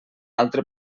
altre